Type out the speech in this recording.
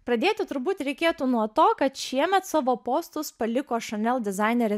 pradėti turbūt reikėtų nuo to kad šiemet savo postus paliko šanel dizainerė